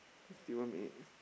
fifty one minute